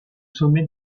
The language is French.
sommet